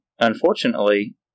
unfortunately